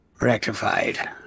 rectified